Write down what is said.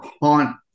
haunt